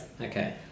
Okay